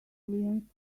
clients